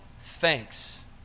thanks